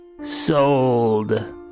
Sold